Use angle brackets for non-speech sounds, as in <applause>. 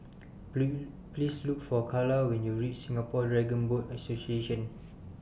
<unintelligible> Please Look For Karla when YOU REACH Singapore Dragon Boat Association